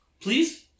Please